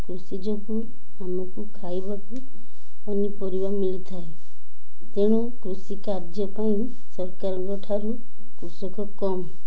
କୃଷି ଯୋଗୁଁ ଆମକୁ ଖାଇବାକୁ ପନିପରିବା ମିଳିଥାଏ ତେଣୁ କୃଷି କାର୍ଯ୍ୟ ପାଇଁ ସରକାରଙ୍କଠାରୁ କୃଷକ କମ୍